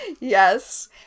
Yes